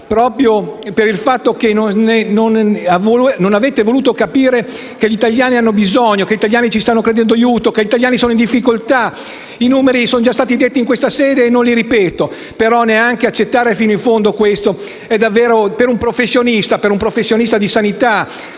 proprio per il fatto che non avete voluto capire che gli italiani hanno bisogno, che gli italiani ci stanno chiedendo aiuto, che si trovano in difficoltà. I numeri sono già stati detti in questa sede e non li ripeto, ma non capire fino in fondo questo, per un professionista della sanità,